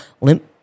limp